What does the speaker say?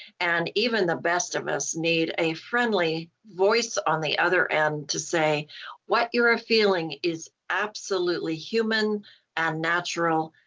and even the best of us need a friendly voice on the other end to say what you're ah feeling is absolutely human and natural.